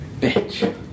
bitch